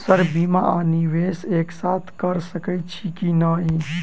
Sir बीमा आ निवेश एक साथ करऽ सकै छी की न ई?